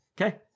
okay